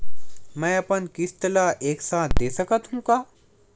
मै अपन किस्त ल एक साथ दे सकत हु का?